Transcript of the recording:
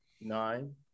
nine